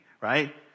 right